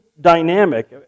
dynamic